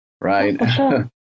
Right